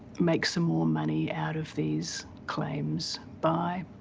make some more money out of these claims by,